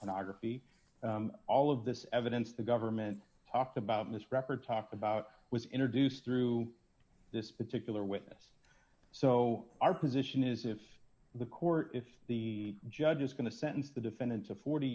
pornography all of this evidence the government talked about this rapper talked about was introduced through this particular witness so our position is if the court if the judge is going to sentence the defendant to forty